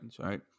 Right